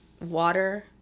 water